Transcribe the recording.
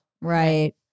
Right